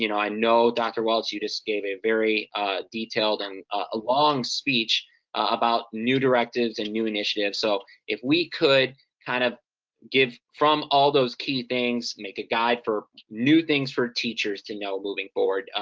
you know i know, dr. walts, you just gave a very detailed and a long speech about new directives and new initiatives, so if we could kind of give, from all those key things, make a guide for new things for teachers to know, moving forward,